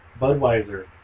Budweiser